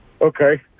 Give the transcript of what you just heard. Okay